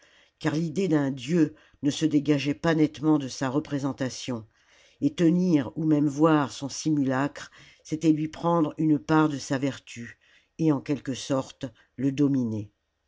car l'idée d'un dieu ne se dégageait pas nettement de sa représentation et tenir ou même voir son simulacre c'était lui prendre une part de sa vertu et en quelque sorte le dominer